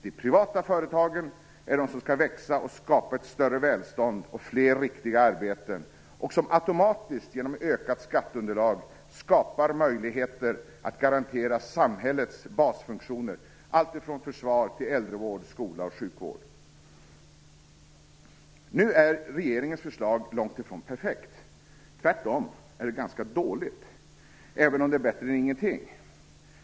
De privata företagen är de som skall växa och skapa ett större välstånd och fler riktiga arbeten och som automatiskt genom ökat skatteunderlag skapar möjligheter att garantera samhällets basfunktioner alltifrån försvar till äldrevård, skola, sjukvård. Nu är regeringens förslag långt ifrån perfekt. Tvärtom är det ganska dåligt, även om det är bättre än ingenting.